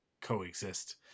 coexist